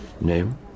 Name